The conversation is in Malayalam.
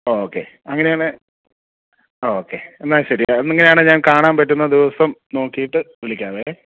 ഓക്കെ അങ്ങനെയാണേൽ ഓക്കെ എന്നാൽ ശരി അങ്ങനെയാണേൽ ഞാൻ കാണാൻപറ്റുന്ന ദിവസം നോക്കിയിട്ട് വിളിക്കാം